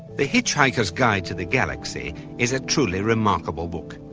the hitchhikers guide to the galaxy is a truly remarkable book.